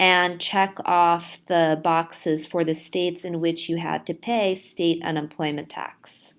and check off the boxes for the states in which you had to pay state unemployment tax.